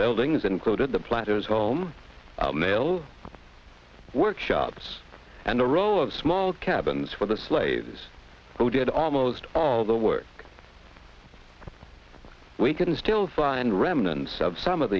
buildings included the platters home males workshops and the row of small cabins for the slaves who did almost all the work we can still find remnants of some of